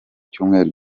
cyumweru